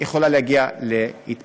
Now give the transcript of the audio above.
יכולה להגיע להתפזרות.